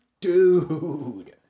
dude